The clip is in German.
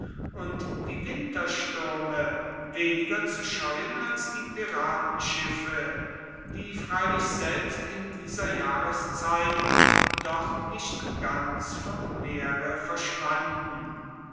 und die winterstürme weniger zu scheuen als die piratenschiffe die freilich selbst in dieser jahreszeit doch nicht ganz vom meere verschwanden